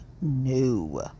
no